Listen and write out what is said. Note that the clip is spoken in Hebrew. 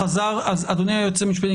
אדוני היועץ המשפטי,